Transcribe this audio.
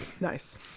Nice